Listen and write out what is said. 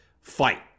fight